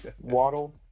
Waddle